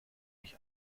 mich